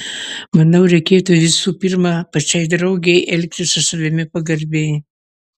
manau reikėtų visų pirma pačiai draugei elgtis su savimi pagarbiai